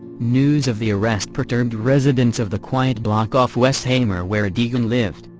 news of the arrest perturbed residents of the quiet block off westheimer where degan lived,